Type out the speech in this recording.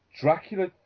Dracula